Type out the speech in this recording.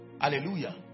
Hallelujah